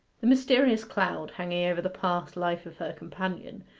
the mysterious cloud hanging over the past life of her companion,